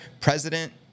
President